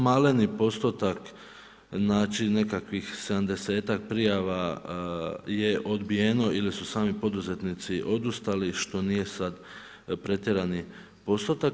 Maleni postotak znači nekakvih 70-tak prijava je odbijeno ili su sami poduzetnici odustali što nije sada pretjerani postotak.